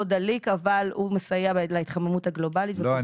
דליק אבל הוא מסייע להתחממות הגלובלית --- לא,